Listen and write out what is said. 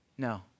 No